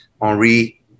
Henri